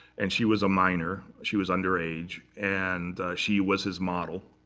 and she was a minor. she was underage. and she was his model.